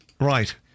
Right